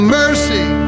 mercy